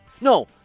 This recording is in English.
No